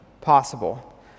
possible